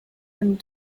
and